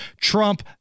Trump